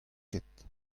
ket